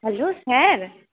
hello sir